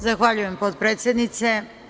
Zahvaljujem, potpredsednice.